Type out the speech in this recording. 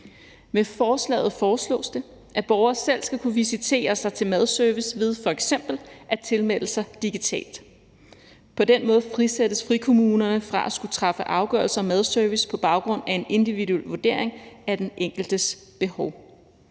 Med forslaget foreslås det, at borgere selv skal kunne visitere sig til madservice ved f.eks. at tilmelde sig digitalt. På den måde frisættes frikommunerne fra at skulle træffe afgørelser om madservice på baggrund af en individuel vurdering af den enkeltes behov.